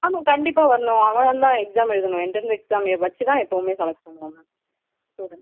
ஆமாம் கண்டிப்பாக வரணும் அவன் தான் எக்ஸாம் எழுதணும் எண்ட்ரன்ஸ் எக்ஸாம் வச்சு தான் எப்பவுமே செலக்ட் பண்ணுவோம் மேம் ஸ்டூடெண்ட்ஸ்